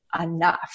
enough